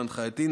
בהנחייתי,